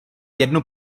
jednu